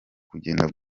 kugenda